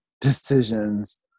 decisions